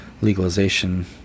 legalization